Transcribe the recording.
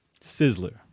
Sizzler